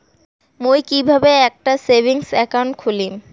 মুই কিভাবে একটা সেভিংস অ্যাকাউন্ট খুলিম?